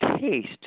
taste